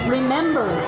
Remember